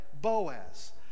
Boaz